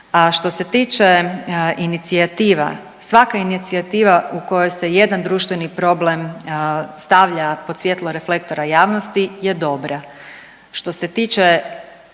što se tiče inicijativa, svaka inicijativa u kojoj se jedan društveni problem stavlja pod svjetlo reflektora javnosti je dobra. Što se tiče